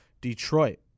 Detroit